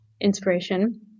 inspiration